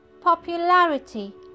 Popularity